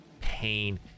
pain